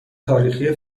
تاریخی